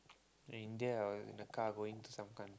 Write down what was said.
in India I was in the car going to some coun~